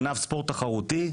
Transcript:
בענף ספורט תחרותי,